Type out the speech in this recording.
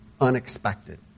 unexpected